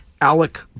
Alec